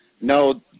no